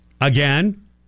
Again